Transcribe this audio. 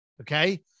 okay